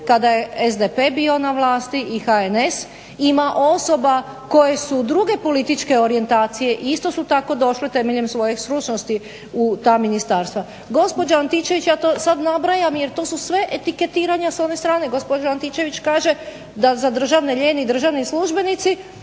kad je SDP bio na vlasti i HNS, ima osoba koje su druge političke orijentacije i isto su tako došle temeljem svoje stručnosti u ta ministarstva. Gospođa Antičević, ja to sad nabrajam jer to su sve etiketiranja s one strane, gospođa Antičević kaže da …/Ne razumije se./… lijeni državni službenici